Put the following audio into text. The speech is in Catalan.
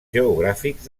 geogràfics